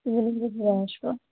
আসবো